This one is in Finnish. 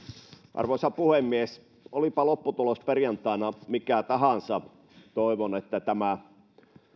arvoisa puhemies olipa lopputulos perjantaina mikä tahansa toivon että tämä